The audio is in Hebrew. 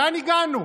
לאן הגענו?